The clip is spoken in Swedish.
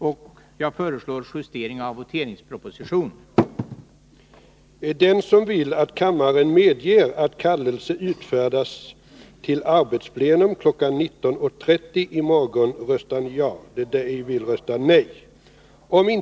Om inte mer än hälften av kammarens ledamöter röstar ja har kammaren avslagit förslaget om anordnande av ifrågavarande sammanträde.